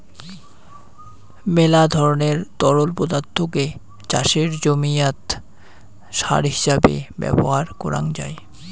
মেলা ধরণের তরল পদার্থকে চাষের জমিয়াত সার হিছাবে ব্যবহার করাং যাই